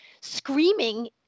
screaming